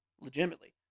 Legitimately